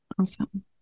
Awesome